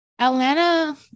Atlanta